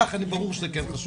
לך זה ברור שזה כן חשוב.